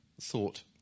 thought